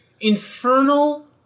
Infernal